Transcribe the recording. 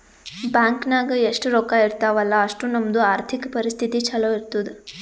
bank ನಾಗ್ ಎಷ್ಟ ರೊಕ್ಕಾ ಇರ್ತಾವ ಅಲ್ಲಾ ಅಷ್ಟು ನಮ್ದು ಆರ್ಥಿಕ್ ಪರಿಸ್ಥಿತಿ ಛಲೋ ಇರ್ತುದ್